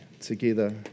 together